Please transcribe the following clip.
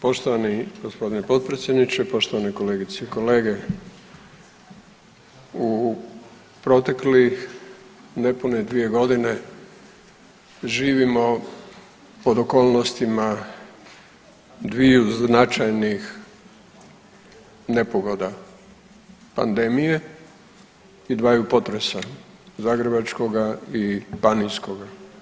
Poštovani gospodine potpredsjedniče, poštovane kolegice i kolege, u proteklih nepune 2 godine živimo pod okolnostima dviju značajnih nepogoda, pandemije i dvaju potresa, zagrebačkoga i banijskoga.